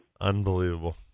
Unbelievable